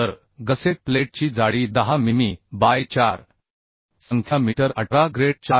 तर गसेट प्लेटची जाडी 10 मिमी बाय 4 संख्या मीटर 18 ग्रेड 4